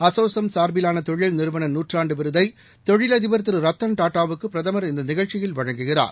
அசோசெம் சாா்பிலான தொழில் நிறுவள நூற்றாண்டு விருதை தொழிலதிபா் திரு ரத்தன் டாடா வுக்கு பிரதமர் இந்த நிகழ்ச்சியில் வழங்குகிறார்